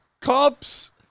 Cops